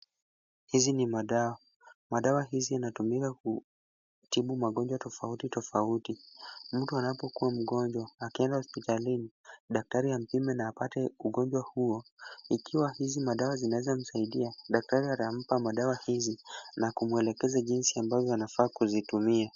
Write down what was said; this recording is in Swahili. Hizi ni madawa. Madawa hizi yanatumika kutibu magonjwa tofauti tofauti. Mtu anapokuwa mgonjwa akienda hospitalini daktari ampime na apate ugonjwa huo ikiwa hizi madawa zinaweza msaidia daktari atampa madawa hizi na kumuelekeza jinsi ambavyo anafaa kuzitumia.